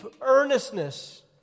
earnestness